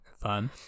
Fun